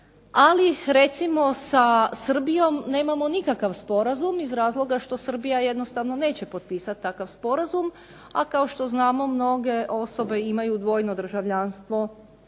Ali recimo sa Srbijom nemamo nikakav sporazum iz razloga što Srbija jednostavno neće potpisati takav sporazum. A kao što znamo mnoge osobe imaju dvojno državljanstvo